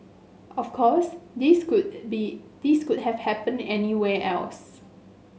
of course this could be this could have happened anywhere else